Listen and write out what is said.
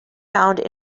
found